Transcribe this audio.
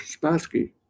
Spassky